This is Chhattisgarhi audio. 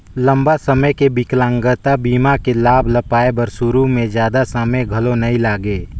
लंबा समे के बिकलांगता बीमा के लाभ ल पाए बर सुरू में जादा समें घलो नइ लागे